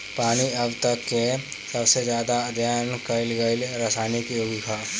पानी अब तक के सबसे ज्यादा अध्ययन कईल गईल रासायनिक योगिक ह